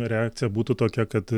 reakcija būtų tokia kad